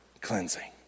cleansing